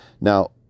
Now